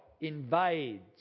invades